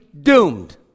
doomed